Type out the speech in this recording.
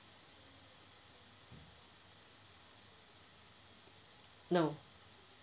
no